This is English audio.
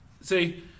See